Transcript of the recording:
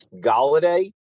Galladay